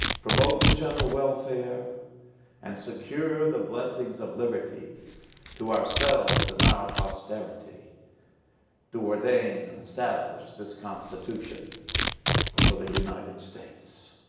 promote the general welfare and secure the blessings of liberty to ourselves and our posterity do ordain and establish this constitution for the united states.